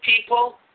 people